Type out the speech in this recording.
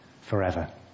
forever